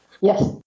Yes